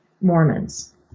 Mormons